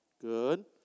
Good